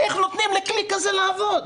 איך נותנים לכלי כזה לעבוד?